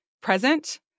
present